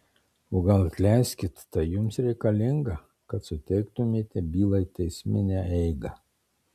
o gal atleiskit tai jums reikalinga kad suteiktumėte bylai teisminę eigą